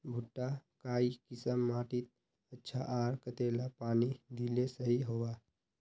भुट्टा काई किसम माटित अच्छा, आर कतेला पानी दिले सही होवा?